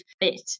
bit